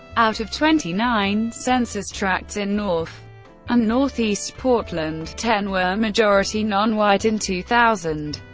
out of twenty nine census tracts in north and northeast portland, ten were majority nonwhite in two thousand.